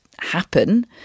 happen